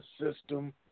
system